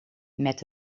met